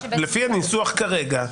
לפי הניסוח כרגע,